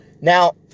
Now